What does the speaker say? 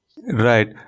Right